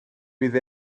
fydd